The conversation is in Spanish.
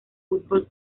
fútbol